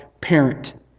parent